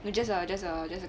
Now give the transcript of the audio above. it just err just err just